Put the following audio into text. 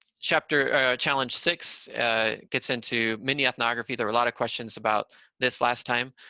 chapter challenge six gets into mini ethnography. there are a lot of questions about this last time,